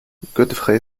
godfrey